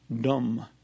dumb